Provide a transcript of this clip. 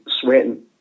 sweating